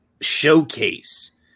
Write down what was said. showcase